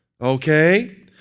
okay